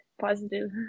positive